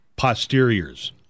Posteriors